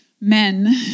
men